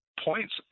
points